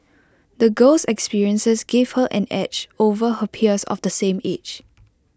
the girl's experiences gave her an edge over her peers of the same age